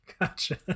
Gotcha